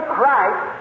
Christ